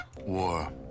War